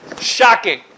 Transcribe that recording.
Shocking